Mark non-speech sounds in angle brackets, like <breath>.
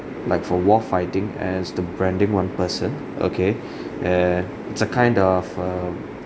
like for war fighting as the branding one person okay <breath> err it's a kind of um